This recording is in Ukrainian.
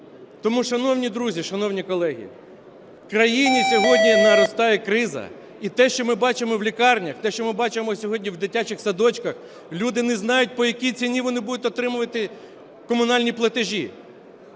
Тому, шановні друзі, шановні колеги, в країні сьогодні наростає криза. І те, що ми бачимо в лікарнях, те, що ми бачимо сьогодні в дитячих садочках, люди не знають, по якій ціні вони будуть отримувати комунальні платежі.